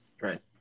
Right